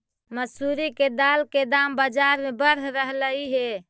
मसूरी के दाल के दाम बजार में बढ़ रहलई हे